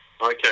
Okay